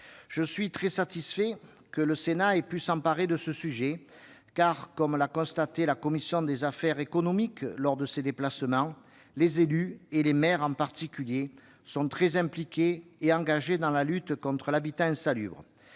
Je suis très satisfait que le Sénat ait pu s'emparer de ce sujet, car, comme l'a constaté la commission des affaires économiques lors de ses déplacements, les élus, et les maires en particulier, sont très impliqués et engagés dans la lutte contre l'habitat insalubre.